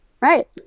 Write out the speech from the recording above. Right